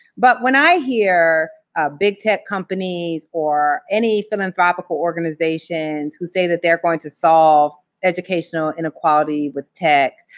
but when i hear big tech companies or any philanthropical organizations who say that they're going to solve educational inequality with tech,